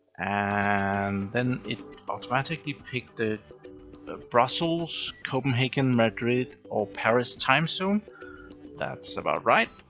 and then it automatically picked the brussels, copenhagen, madrid or paris timezone. that's about right.